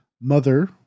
Mother